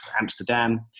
Amsterdam